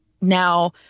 Now